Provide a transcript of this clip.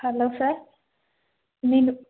hello sir నేను